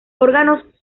órganos